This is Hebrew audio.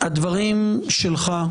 שהדברים שלך,